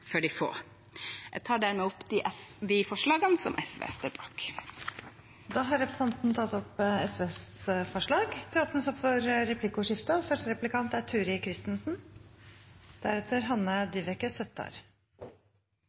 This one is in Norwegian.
for de få. Jeg tar dermed opp de forslagene som SV står alene om. Da har representanten Mona Fagerås tatt opp de forslagene hun refererte til. Det blir replikkordskifte.